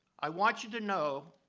i want you to know,